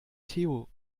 theo